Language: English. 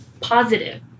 Positive